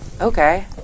Okay